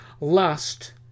lust